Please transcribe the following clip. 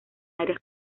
áreas